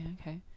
okay